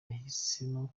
yahisemo